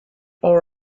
all